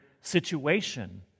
situation